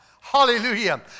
Hallelujah